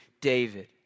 David